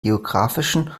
geografischen